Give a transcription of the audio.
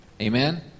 Amen